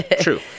true